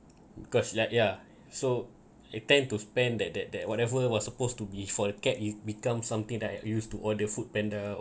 because like ya so it tend to spend that that that whatever what supposed to be for the cab is become something that I used to order Foodpanda